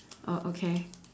oh okay